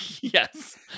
yes